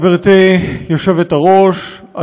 גברתי היושבת-ראש,